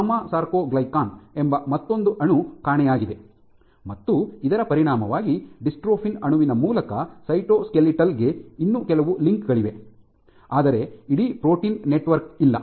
gamma sarcoglycan ಎಂಬ ಮತ್ತೊಂದು ಅಣು ಕಾಣೆಯಾಗಿದೆ ಮತ್ತು ಇದರ ಪರಿಣಾಮವಾಗಿ ಡಿಸ್ಟ್ರೋಫಿನ್ ಅಣುವಿನ ಮೂಲಕ ಸೈಟೋಸ್ಕೆಲಿಟಲ್ ಗೆ ಇನ್ನೂ ಕೆಲವು ಲಿಂಕ್ಗಳಿವೆ ಆದರೆ ಇಡೀ ಪ್ರೋಟೀನ್ ನೆಟ್ವರ್ಕ್ ಇಲ್ಲ